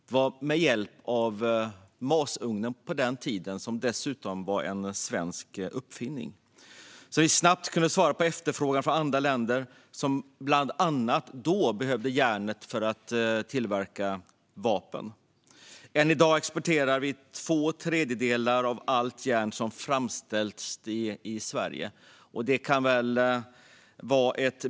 Detta skedde på den tiden med hjälp av masugnen, som dessutom var en svensk uppfinning, så att vi snabbt kunde svara på efterfrågan från andra länder som då behövde järnet bland annat för att tillverka vapen. Än i dag exporterar vi två tredjedelar av allt järn som framställs i Sverige.